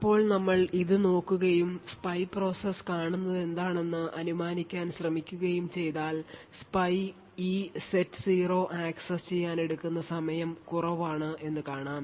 ഇപ്പോൾ നമ്മൾ ഇത് നോക്കുകയും spy process കാണുന്നതെന്താണെന്ന് അനുമാനിക്കാൻ ശ്രമിക്കുകയും ചെയ്താൽ spy ഈ സെറ്റ് 0 ആക്സസ് ചെയ്യാൻ എടുക്കുന്ന സമയം കുറവാണ് എന്ന് കാണാം